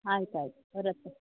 ಆಯ್ತು ಆಯಿತು ಹೊರತ್ತೆ